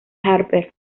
harper